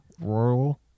Rural